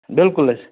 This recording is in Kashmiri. بِلکُل حظ